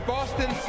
Boston